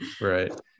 right